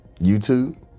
YouTube